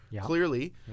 clearly